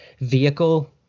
vehicle